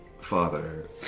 father